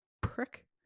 prick